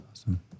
Awesome